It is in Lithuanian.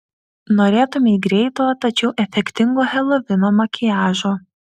norėtumei greito tačiau efektingo helovino makiažo